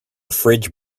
fridge